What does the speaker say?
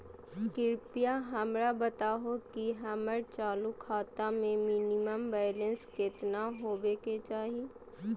कृपया हमरा बताहो कि हमर चालू खाता मे मिनिमम बैलेंस केतना होबे के चाही